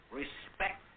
respect